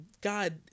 God